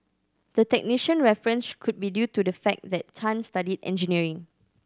the technician reference could be due to the fact that Tan studied engineering